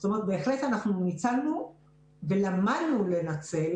זאת אומרת, בהחלט ניצלנו ולמדנו לנצל